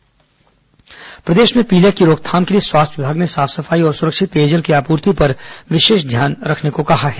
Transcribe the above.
पीलिया साफ सफाई प्रदेश में पीलिया की रोकथाम के लिए स्वास्थ्य विभाग ने साफ सफाई और सुरक्षित पेयजल की आपूर्ति पर विशेष ध्यान रखने को कहा है